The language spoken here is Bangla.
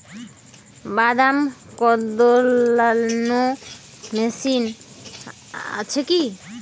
বাদাম কদলানো মেশিন আছেকি?